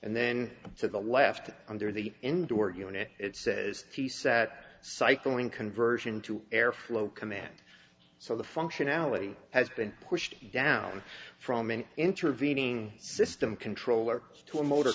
and then to the left under the indoor unit it says he sat cycling conversion to air flow command so the functionality has been pushed down from an intervening system controller to a motor